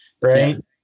right